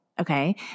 Okay